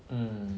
mm